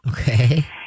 Okay